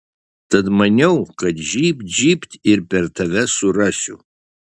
tad maniau kad žybt žybt ir per tave surasiu